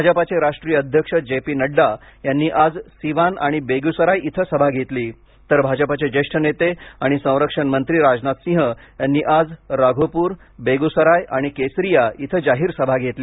भाजपाचे राष्ट्रीय अध्यक्ष जे पी नडडा यांनी आज सिवान आणि बेगुसराय इथं सभा घेतली तर भाजपाचे ज्येष्ठ नेते आणि संरक्षण मंत्री राजनाथ सिंह यांनी आज राघोपूर बेगुसराय आणि केसरिया इथं जाहीर सभा घेतल्या